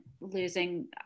losing